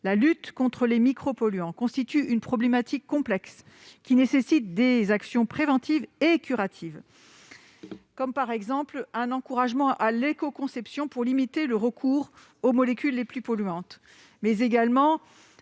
La lutte contre les micropolluants constitue une problématique complexe, qui nécessite des actions préventives et curatives. Je pense à un encouragement à l'écoconception pour limiter le recours aux molécules les plus polluantes ; à des